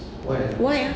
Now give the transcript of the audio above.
why ah